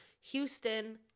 houston